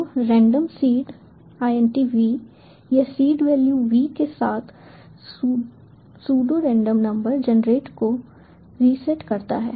तो randomSeed यह seed value v के साथ सूडो रेंडम नंबर जनरेटर को रीसेट करता है